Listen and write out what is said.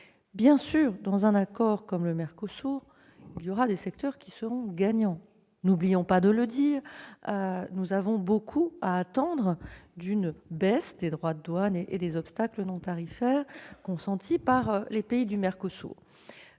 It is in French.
Bien sûr, dans le cadre d'un accord comme celui du MERCOSUR, des secteurs seront gagnants. N'oublions pas de le dire, nous avons beaucoup à attendre d'une baisse des droits de douane et des obstacles non tarifaires consentis par les pays du MERCOSUR.